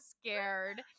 scared